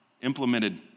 implemented